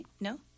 No